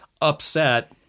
upset